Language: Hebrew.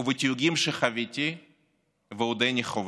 ובתיוגים שחוויתי ועודני חווה.